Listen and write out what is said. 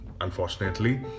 Unfortunately